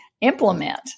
implement